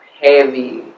heavy